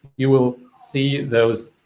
you will see those